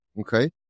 Okay